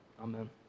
Amen